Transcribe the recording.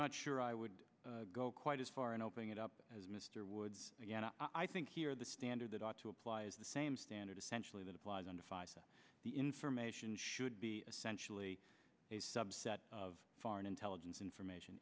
not sure i would go quite as far in opening it up as mr woods i think here the standard that ought to apply is the same standard essentially that applies under fire the information should be essentially a subset of foreign intelligence information